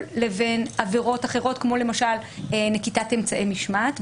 לבין עבירות אחרות כמו למשל נקיטת אמצעי משמעת.